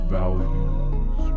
values